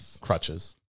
Crutches